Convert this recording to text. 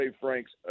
Franks